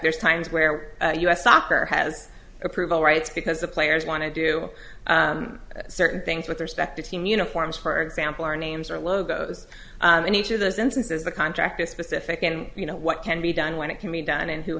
there's times where u s soccer has approval rights because the players want to do certain things with respect to team uniforms for example our names are logos and each of those instances the contract is specific and you know what can be done when it can be done and who